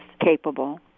Capable